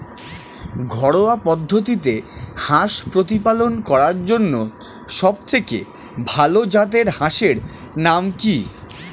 ঘরোয়া পদ্ধতিতে হাঁস প্রতিপালন করার জন্য সবথেকে ভাল জাতের হাঁসের নাম কি?